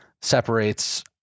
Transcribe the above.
separates